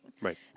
Right